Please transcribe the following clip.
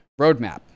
roadmap